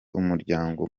umuryango